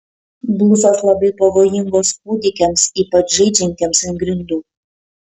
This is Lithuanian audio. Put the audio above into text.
blusos labai pavojingos kūdikiams ypač žaidžiantiems ant grindų